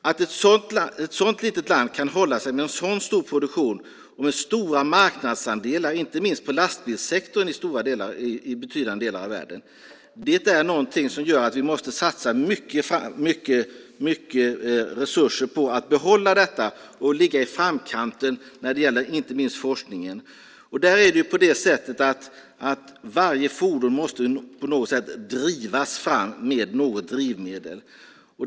Att ett sådant litet land kan hålla sig med en så stor produktion och med stora marknadsandelar, inte minst i fråga om lastbilssektorn, i betydande delar av världen är någonting som gör att vi måste satsa mycket resurser på att behålla detta och ligga i framkant när det gäller inte minst forskningen. Det är på det sättet att varje fordon på något sätt måste drivas fram med något drivmedel.